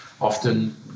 often